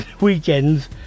weekends